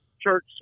church